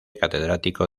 catedrático